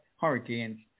Hurricanes